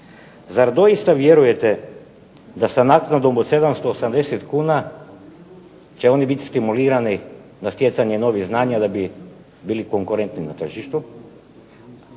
Zar doista vjerujete da sa naknadom od 780 kn će oni biti stimulirani na stjecanje novih znanja da bi bili konkurentni na tržištu